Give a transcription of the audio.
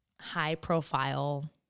high-profile